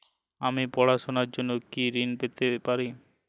আমি পড়াশুনার জন্য কি ঋন পেতে পারি?